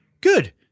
Good